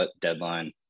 deadline